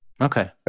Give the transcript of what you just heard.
Okay